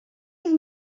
give